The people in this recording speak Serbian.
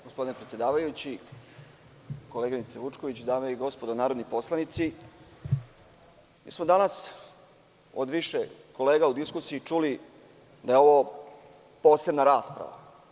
Gospodine predsedavajući, koleginice Vučković, dame i gospodo narodni poslanici, mi smo danas od više kolega u diskusiji čuli da je ovo posebna rasprava.